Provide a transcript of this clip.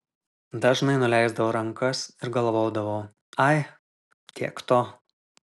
dažnai nuleisdavau rankas ir galvodavau ai tiek to